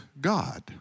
God